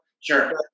sure